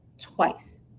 twice